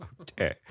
Okay